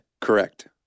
Correct